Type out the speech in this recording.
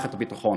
במערכת הביטחון.